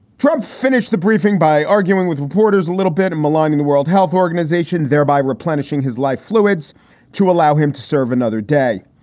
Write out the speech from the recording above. trump finished the briefing by arguing with reporters a little bit and maligning the world health organization, thereby replenishing his life fluids to allow him to serve another day.